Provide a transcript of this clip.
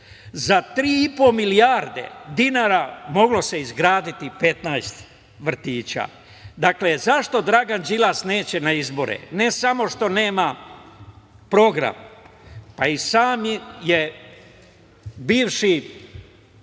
Za 3,5 milijarde dinara moglo se izgraditi 15 vrtića. Dakle, zašto Dragan Đilas neće na izbore? Ne samo što nema program. I sam je bivši